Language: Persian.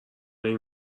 این